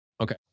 Okay